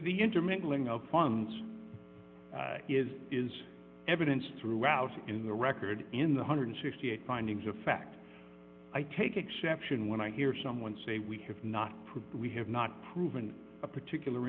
the intermingling of funds is is evidence throughout in the record in the one hundred and sixty eight findings of fact i take exception when i hear someone say we have not proved we have not proven a particular